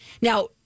Now